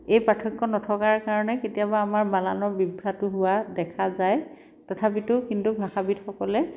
এই পাৰ্থক্য নথকাৰ কাৰণে কেতিয়াবা আমাৰ বানানৰ বিভ্ৰাতো হোৱা দেখা যায় তথাপিতো কিন্তু ভাষাবিদসকলে